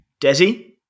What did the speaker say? Desi